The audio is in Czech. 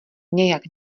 nějak